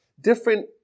different